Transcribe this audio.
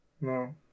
No